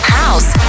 house